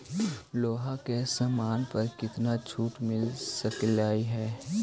लोहा के समान पर केतना छूट मिल सकलई हे